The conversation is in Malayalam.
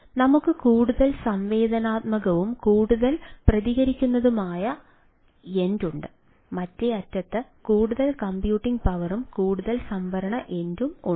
അതിനാൽ നമുക്ക്കൂടുതൽ സംവേദനാത്മകവും കൂടുതൽ പ്രതികരിക്കുന്നതുമായ ഏന്റുണ്ട് മറ്റേ അറ്റത്ത് കൂടുതൽ കമ്പ്യൂട്ടിംഗ് പവറും കൂടുതൽ സംഭരണ ഏന്റും ഉണ്ട്